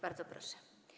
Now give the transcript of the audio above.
Bardzo proszę.